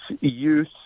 use